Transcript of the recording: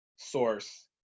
Source